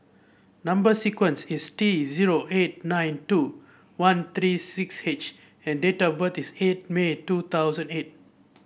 number sequence is T zero eight nine two one three six H and date of birth is eight May two thousand eight